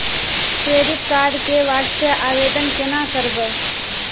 Credit card के वास्ते आवेदन केना करबै?